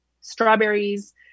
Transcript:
strawberries